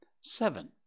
Seven